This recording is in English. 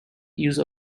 use